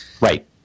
Right